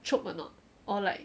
chope or not or like